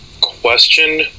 question